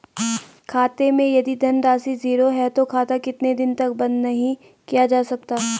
खाते मैं यदि धन राशि ज़ीरो है तो खाता कितने दिन तक बंद नहीं किया जा सकता?